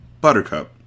Buttercup